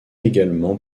également